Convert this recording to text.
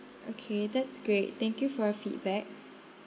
okay that's great thank you for your feedback